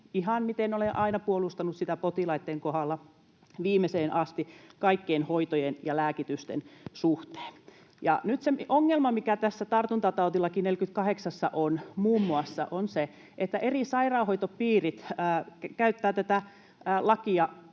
ihan miten olen aina puolustanut sitä potilaitten kohdalla viimeiseen asti kaikkien hoitojen ja lääkitysten suhteen. Nyt se ongelma, mikä tässä tartuntatautilain 48 §:ssä on muun muassa, on se, että eri sairaanhoitopiirit käyttävät tätä lakia